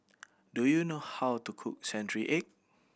do you know how to cook century egg